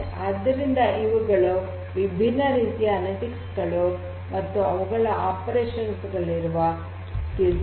ಆದ್ದರಿಂದ ಇವುಗಳು ವಿಭಿನ್ನ ರೀತಿಯ ಅನಲಿಟಿಕ್ಸ್ ಗಳು ಮತ್ತು ಅವುಗಳ ಕಾರ್ಯಾಚರಣೆಯಲ್ಲಿರುವ ಕೌಶಲ್ಯಗಳು